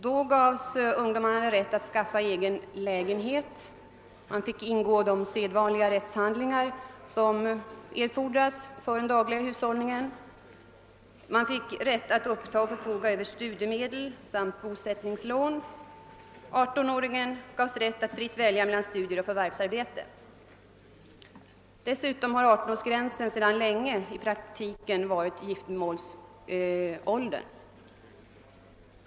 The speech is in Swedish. Då gavs ungdomarna rätt att skaffa egna lägenheter och att företa de sedvanliga rättshandlingar som erfordras för den dagliga hushållningen samt rätt att uppbära studiemedel och studielån. 18-årsgränsen infördes också för rätten att fritt välja mellan studier och förvärvsarbete. Dessutom har 18 år sedan länge i praktiken varit giftermålsålder.